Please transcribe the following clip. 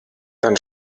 dann